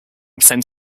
sent